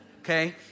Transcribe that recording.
okay